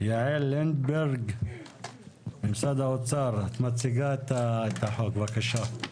יעל לינדנברג ממשרד האוצר תציג את החוק, בבקשה.